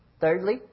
Thirdly